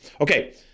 Okay